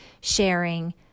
sharing